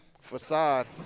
Facade